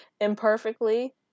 imperfectly